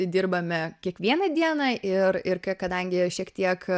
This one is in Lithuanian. dirbame kiekvieną dieną ir ir kadangi šiek tiek